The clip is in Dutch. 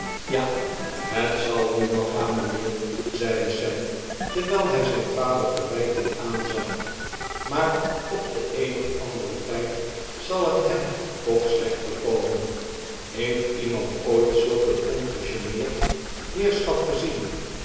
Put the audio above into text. ja het zalnu welgaan mgnheer zeide sam terwgl hg zgn vader verwijtend aanzag maar op den een of anderen tijd zal het hem toch slecht bekomen heeft iemand ooit zulk een ongegeneerd heerschap gezien